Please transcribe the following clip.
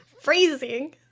Freezing